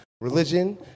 religion